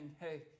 hey